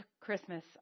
Christmas